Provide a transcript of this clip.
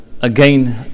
again